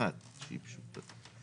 אחת שהיא פשוטה.